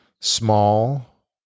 small